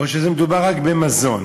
או שמדובר רק במזון?